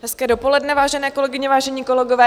Hezké dopoledne, vážené kolegyně, vážení kolegové.